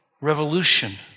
revolution